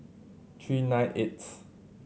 three nine eighth